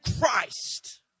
Christ